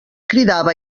cridava